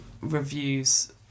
reviews